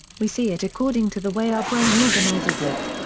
we see it according to the way our brain organizes it.